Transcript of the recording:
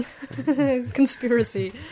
conspiracy